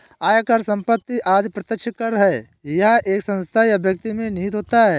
आयकर, संपत्ति कर आदि प्रत्यक्ष कर है यह एक संस्था या व्यक्ति में निहित होता है